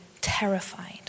terrified